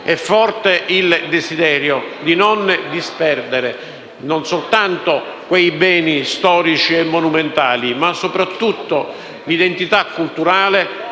e com'era e di non disperdere non soltanto i beni storici e monumentali, ma soprattutto l'identità culturale